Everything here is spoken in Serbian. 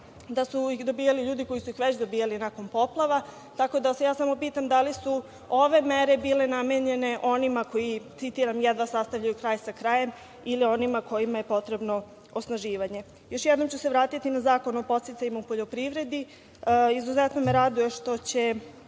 da su ih dobijali ljudi koji su ih već dobijali nakon poplava, tako da se samo pitam da li su ove mere bile namenjene onima koji, citiram, jedva sastavljaju kraj sa krajem ili onima kojima je potrebno osnaživanje. Još jednom ću se vratiti na Zakon o podsticajima u poljoprivredi. Izuzetno me raduje što će